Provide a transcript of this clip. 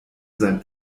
sein